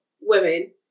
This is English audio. women